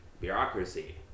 bureaucracy